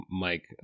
Mike